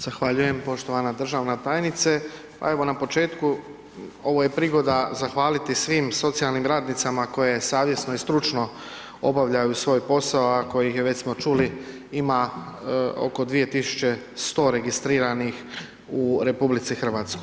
Zahvaljujem poštovana državna tajnice, pa evo na početku ovo je prigoda zahvaliti svim socijalnim radnicama koje savjesno i stručno obavljaju svoj posao, a kojih već smo čuli ima oko 2.100 registriranih u RH.